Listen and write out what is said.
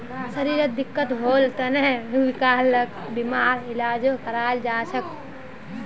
शरीरत दिक्कत होल तने विकलांगता बीमार इलाजो कराल जा छेक